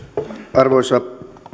arvoisa